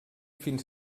fins